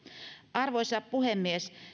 arvoisa puhemies